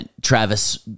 travis